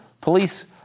police